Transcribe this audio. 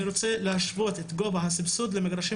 אני רוצה להשוות את גובה הסבסוד למגרשים